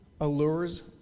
allures